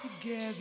together